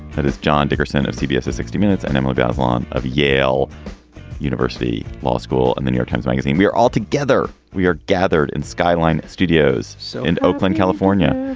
that is john dickerson of cbs sixty minutes and emily bazelon of yale university law school and the new york times magazine we are all together. we are gathered in skyline studios so in oakland, california.